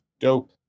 Dope